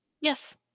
Yes